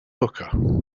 hookah